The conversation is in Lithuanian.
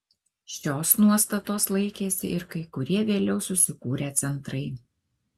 šios nuostatos laikėsi ir kai kurie vėliau susikūrę centrai